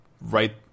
right